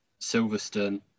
Silverstone